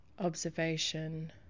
observation